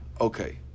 okay